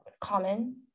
common